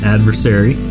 adversary